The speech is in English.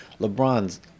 LeBron's